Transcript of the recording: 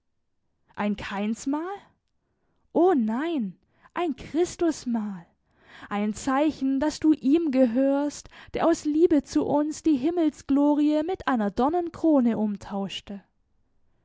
ein kainsmal o nein ein christusmal ein zeichen daß du ihm gehörst der aus liebe zu uns die himmelsglorie mit einer dornenkrone umtauschte